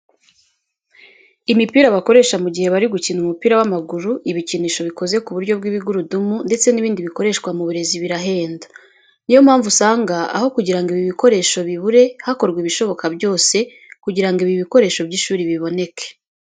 Imipira bakoresha mu gihe bari gukina umupira w'amaguru, ibikinisho bikoze ku buryo bw'ibigurudumu, ndetse n'ibindi bikoreshwa mu burezi birahenda. Niyo mpamvu usanga aho kugira ngo ibi bikoresho bibure, hakorwa ibishoboka byose kugira ngo ibi bikoresho by'ishuri biboneka.